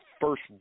first